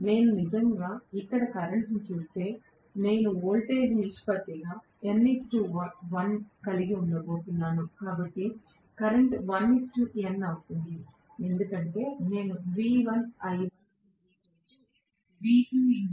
నేను నిజంగా ఇక్కడ కరెంట్ను చూస్తే నేను వోల్టేజ్ నిష్పత్తిగా n 1 ను కలిగి ఉండబోతున్నాను కాబట్టి కరెంట్ 1 n అవుతుంది ఎందుకంటే నేను కలిగి ఉండబోతున్నాను